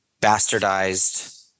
bastardized